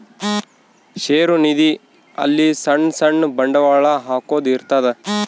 ಷೇರು ನಿಧಿ ಅಲ್ಲಿ ಸಣ್ ಸಣ್ ಬಂಡವಾಳ ಹಾಕೊದ್ ಇರ್ತದ